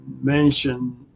mention